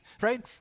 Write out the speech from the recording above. right